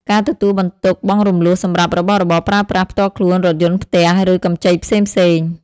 ការទទួលបន្ទុកបង់រំលស់សម្រាប់របស់របរប្រើប្រាស់ផ្ទាល់ខ្លួន រថយន្ត ផ្ទះ ឬកម្ចីផ្សេងៗ។